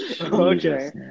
Okay